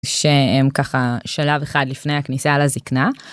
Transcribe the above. שהם ככה שלב אחד לפני הכניסה על הזקנה.